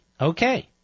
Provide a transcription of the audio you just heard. Okay